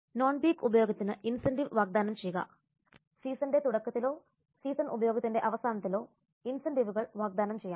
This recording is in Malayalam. നോൺ പീക്ക് ഉപയോഗത്തിന് ഇൻസെന്റീവ് വാഗ്ദാനം ചെയ്യുക സീസണിന്റെ തുടക്കത്തിലോ സീസൺ ഉപയോഗത്തിന്റെ അവസാനത്തിലോ ഇൻസെന്റീവുകൾ വാഗ്ദാനം ചെയ്യാം